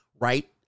right